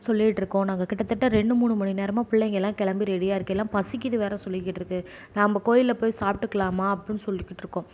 சொல்லிட்டு இருக்கோம் நாங்கள் கிட்டத்திட்ட ரெண்டு மூணு மணி நேரமாக பிள்ளைங்கள்லாம் கிளம்பி ரெடியாகருக்கு எல்லாம் பசிக்கிது வேறே சொல்லிக்கிட்டிருக்கு நாம்ம கோயிலில் போய் சாப்பிட்டுக்கலாமா அப்படின்னு சொல்லிக்கிட்டிருக்கோம்